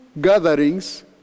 gatherings